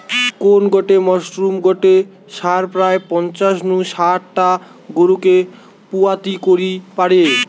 কোন গটে মরসুমে গটে ষাঁড় প্রায় পঞ্চাশ নু শাট টা গরুকে পুয়াতি করি পারে